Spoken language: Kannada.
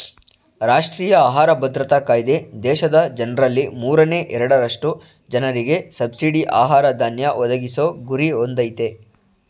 ರಾಷ್ಟ್ರೀಯ ಆಹಾರ ಭದ್ರತಾ ಕಾಯ್ದೆ ದೇಶದ ಜನ್ರಲ್ಲಿ ಮೂರನೇ ಎರಡರಷ್ಟು ಜನರಿಗೆ ಸಬ್ಸಿಡಿ ಆಹಾರ ಧಾನ್ಯ ಒದಗಿಸೊ ಗುರಿ ಹೊಂದಯ್ತೆ